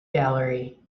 gallery